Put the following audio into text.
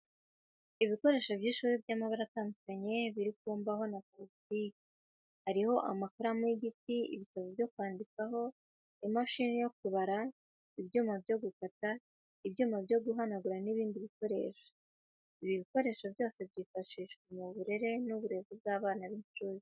Ibikoresho by'ishuri by'amabara atandukanye, biri ku mbaho na parasitike. Hariho amakaramu y'igiti, ibitabo byo kwandikaho, imashini yo kubara, ibyuma byo gukata, ibyuma byo guhanagura n'ibindi bikoresho. Ibi bikoresho byose byifashishwa mu burere n'uburezi bw'abana b'incuke.